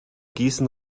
gießen